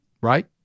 Right